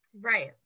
right